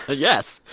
ah yes.